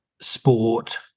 sport